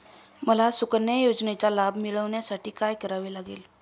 मला सुकन्या योजनेचा लाभ मिळवण्यासाठी काय करावे लागेल?